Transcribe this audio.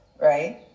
right